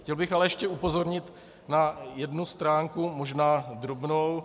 Chtěl bych ale ještě upozornit na jednu stránku, možná drobnou.